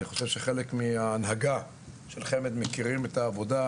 אני חושב שחלק מההנהגה של חמ"ד מכירים את העבודה,